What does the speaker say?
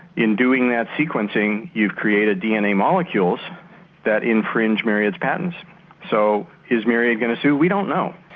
in doing that sequencing you've created dna molecules that infringe myriad's patents so is myriad going to sue we don't know.